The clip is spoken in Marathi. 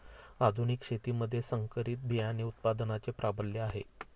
आधुनिक शेतीमध्ये संकरित बियाणे उत्पादनाचे प्राबल्य आहे